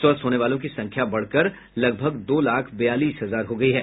स्वस्थ होने वालों की संख्या बढ़कर लगभग दो लाख बयालीस हजार हो गयी है